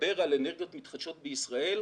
לדבר על אנרגיות מתחדשות בישראל,